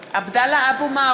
(קוראת בשמות חברי הכנסת) עבדאללה אבו מערוף,